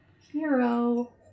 Hero